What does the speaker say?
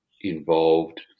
involved